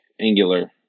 Angular